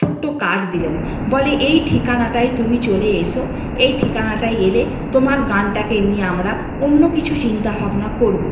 ছোট্ট কার্ড দিলেন বলে এই ঠিকানাটায় তুমি চলে এসো এই ঠিকানাটায় এলে তোমার গানটাকে নিয়ে আমরা অন্য কিছু চিন্তা ভাবনা করবো